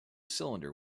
cylinder